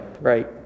Right